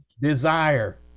Desire